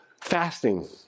fasting